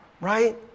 Right